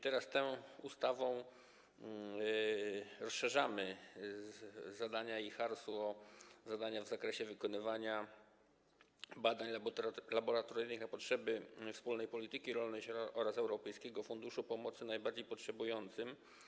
Teraz tą ustawą rozszerzamy zadania IJHARS-u o zadania w zakresie wykonywania badań laboratoryjnych na potrzeby wspólnej polityki rolnej oraz Europejskiego Funduszu Pomocy Najbardziej Potrzebującym.